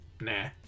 Nah